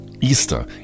Easter